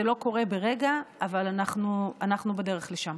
זה לא קורה ברגע, אבל אנחנו בדרך לשם.